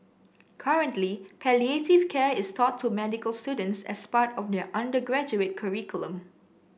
currently palliative care is taught to medical students as part of their undergraduate curriculum